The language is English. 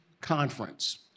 conference